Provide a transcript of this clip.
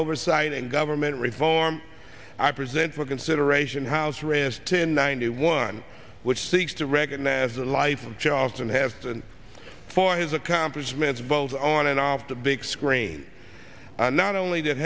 oversight and government reform i present for consideration house arrest in ninety one which seeks to recognize the life of charlton heston for his accomplishments both on and off the big screen and not only that